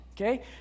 okay